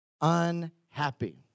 unhappy